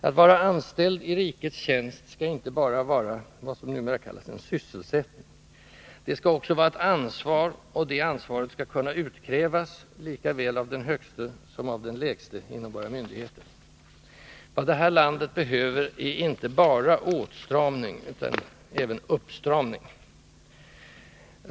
Att vara anställd i rikets tjänst skall inte bara vara vad som numera kallas en sysselsättning. Det skall också vara ett ansvar, och det ansvaret skall kunna utkrävas, likaväl av den högste som av den lägste inom våra myndigheter. Vad det här landet behöver är inte bara åtstramning utan även uppstramning.